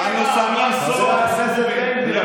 חבר הכנסת בן גביר,